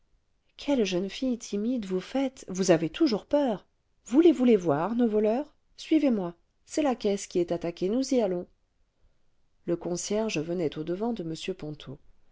quelle jeune fille timide vous faites vous avez toujours peur voulez-vous les voir nos voleurs suivez-moi c'est la caisse qui est attaquée nous y allons le concierge venait au devant de m ponto